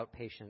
outpatient